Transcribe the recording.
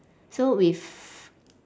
so with